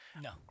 No